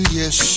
yes